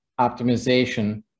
optimization